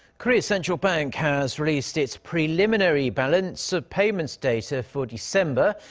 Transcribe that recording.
korea's central bank has released its preliminary balance of payments data for december.